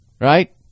Right